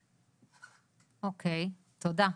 אוקיי, תודה.